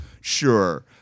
Sure